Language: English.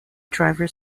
driver